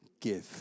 give